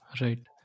Right